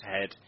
head